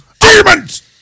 demons